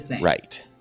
Right